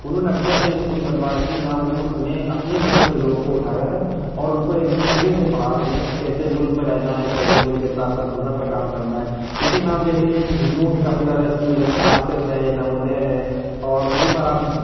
انہوں نے اپنے اپنے اسکول بنوا رکھے ہیں جہاں انہوں نے اپنے مذہب کے لوگوں کو اٹھایا ہے اور ان کو ایک دم سرے سے پڑھا رہے ہیں کیسے ملک میں رہنا کیسے ملک کے ساتھ ساتھ مذہب کا کام کرنا ہے اسی میں آپ دیکھ لیجیے کہ ہندووں کے کافی زیادہ اسکول ہیں آر ایس ایس ہے نوودے ہے اور وہیں پر آپ